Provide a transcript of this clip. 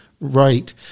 Right